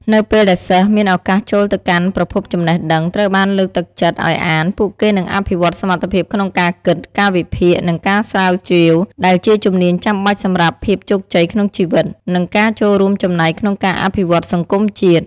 នៅពេលដែលសិស្សមានឱកាសចូលទៅកាន់ប្រភពចំណេះដឹង ត្រូវបានលើកទឹកចិត្តឱ្យអាន ពួកគេនឹងអភិវឌ្ឍសមត្ថភាពក្នុងការគិត ការវិភាគ និងការស្រាវជ្រាវ ដែលជាជំនាញចាំបាច់សម្រាប់ភាពជោគជ័យក្នុងជីវិត និងការចូលរួមចំណែកក្នុងការអភិវឌ្ឍសង្គមជាតិ។